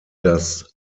das